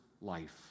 life